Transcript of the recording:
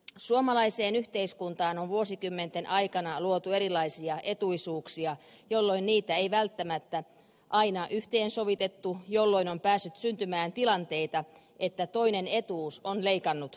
suomalaiseen yhteiskuntaan on vuosikymmenten aikana luotu erilaisia etuisuuksia jolloin niitä ei välttämättä aina yhteensovitettu jolloin päässyt syntymään tilanteita että toinen etuus on leikannut toista